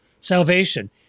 salvation